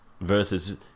versus